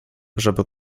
żeby